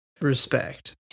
respect